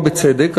ובצדק,